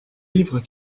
livres